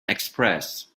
express